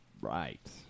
right